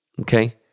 okay